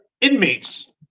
inmates